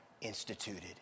instituted